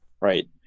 Right